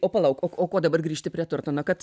o palauk ok o ko dabar grįžti prie tortono kad